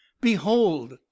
Behold